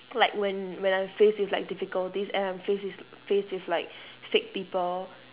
like when when I faced with like difficulties and I'm faced is faced with like fake people